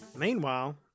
Meanwhile